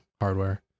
hardware